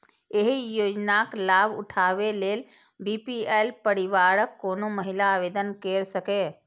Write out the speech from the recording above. एहि योजनाक लाभ उठाबै लेल बी.पी.एल परिवारक कोनो महिला आवेदन कैर सकैए